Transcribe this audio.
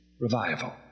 Revival